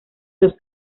los